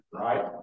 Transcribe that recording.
right